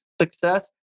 success